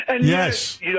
Yes